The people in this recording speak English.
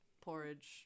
porridge